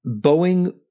Boeing